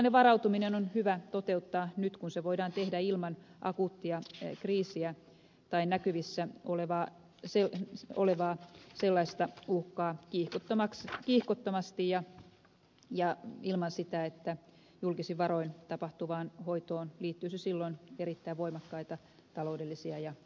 kaikenlainen varautuminen on hyvä toteuttaa nyt kun se voidaan tehdä ilman akuuttia kriisiä tai näkyvissä olevaa sellaista uhkaa tehdä kiihkottomasti ja ilman sitä että julkisin varoin tapahtuvaan hoitoon liittyisi silloin erittäin voimakkaita taloudellisia ja sosiaalisia jännitteitä